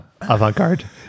avant-garde